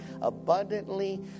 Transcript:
abundantly